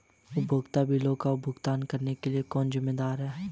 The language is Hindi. उपयोगिता बिलों का भुगतान करने के लिए कौन जिम्मेदार है?